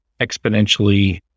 exponentially